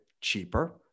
cheaper